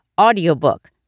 audiobook